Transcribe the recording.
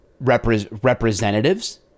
representatives